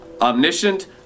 Omniscient